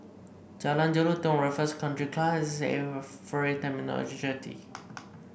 Jalan Jelutong Raffles Country Club S A F Ferry Terminal Jetty